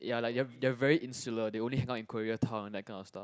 ya like they they are very insular they only hang out in Korea town that kind of stuff